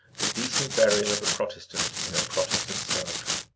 the decent burial of a protestant in a protestant cemetery.